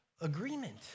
agreement